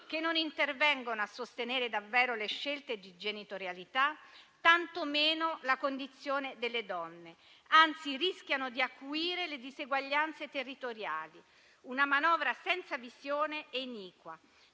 che non intervengono a sostenere davvero le scelte di genitorialità, tanto meno la condizione delle donne; anzi, rischiano di acuire le diseguaglianze territoriali. Una manovra senza visione e iniqua.